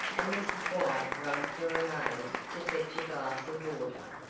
and mrs. white rang for a maid to fetch a glass of water.